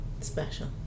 Special